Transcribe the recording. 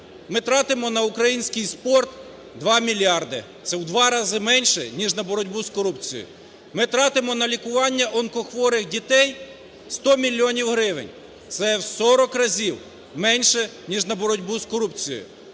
Ми тратимо на український спорт 2 мільярди, це в два рази менше, ніж на боротьбу з корупцією. Ми тратимо на лікування онкохворих дітей 100 мільйонів гривень, це в 40 разів менше, ніж на боротьбу з корупцією.